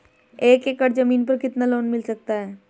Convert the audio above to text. एक एकड़ जमीन पर कितना लोन मिल सकता है?